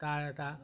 তাৰ এটা